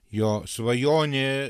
jo svajonė